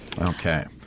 okay